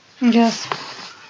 Yes